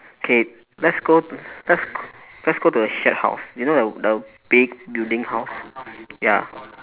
K let's go to the let's go let's go to the shed house you know the the big building house ya